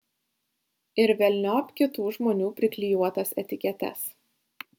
ir velniop kitų žmonių priklijuotas etiketes